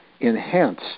enhance